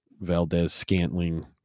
Valdez-Scantling